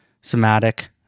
somatic